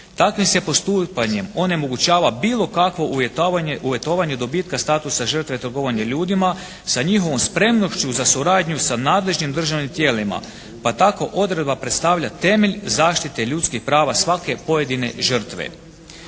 Takvim se postupanjem onemogućava bilo kakvo uvjetovanje dobitka statusa žrtve trgovanje ljudima, sa njihovom spremnošću za suradnju sa nadležnim državnim tijelima, pa tako odredba predstavlja temelj zaštite ljudskih prava svake pojedine žrtve.